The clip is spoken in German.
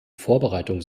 vorbereitung